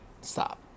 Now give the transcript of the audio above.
Stop